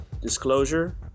Disclosure